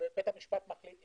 בית המשפט מחליט,